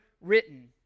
written